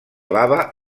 lava